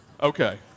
Okay